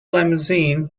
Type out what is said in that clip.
limousine